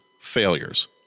Failures